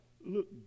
look